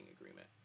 agreement